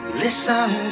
listen